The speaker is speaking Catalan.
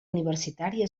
universitària